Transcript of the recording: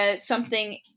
something-